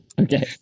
okay